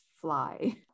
fly